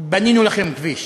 בנינו לכם כביש,